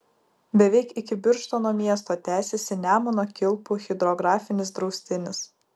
beveik iki birštono miesto tęsiasi nemuno kilpų hidrografinis draustinis